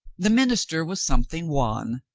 the minister was something wan.